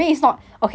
ya